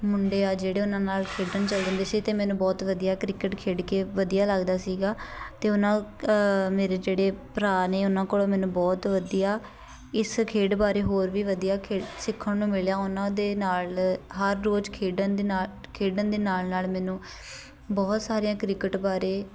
ਮੁੰਡੇ ਆ ਜਿਹੜੇ ਉਹਨਾਂ ਨਾਲ ਖੇਡਣ ਚਲ ਜਾਂਦੀ ਸੀ ਅਤੇ ਮੈਨੂੰ ਬਹੁਤ ਵਧੀਆ ਕ੍ਰਿਕਟ ਖੇਡ ਕੇ ਵਧੀਆ ਲੱਗਦਾ ਸੀਗਾ ਅਤੇ ਉਹਨਾਂ ਮੇਰੇ ਜਿਹੜੇ ਭਰਾ ਨੇ ਉਹਨਾਂ ਕੋਲੋਂ ਮੈਨੂੰ ਬਹੁਤ ਵਧੀਆ ਇਸ ਖੇਡ ਬਾਰੇ ਹੋਰ ਵੀ ਵਧੀਆ ਖੇ ਸਿੱਖਣ ਨੂੰ ਮਿਲਿਆ ਉਹਨਾਂ ਦੇ ਨਾਲ ਹਰ ਰੋਜ਼ ਖੇਡਣ ਦੇ ਨਾਲ ਖੇਡਣ ਦੇ ਨਾਲ ਨਾਲ ਮੈਨੂੰ ਬਹੁਤ ਸਾਰੀਆਂ ਕ੍ਰਿਕਟ ਬਾਰੇ